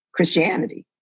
Christianity